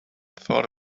thought